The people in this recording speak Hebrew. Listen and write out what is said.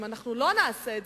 אם אנחנו לא נעשה את זה,